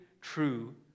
true